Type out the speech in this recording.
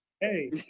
Hey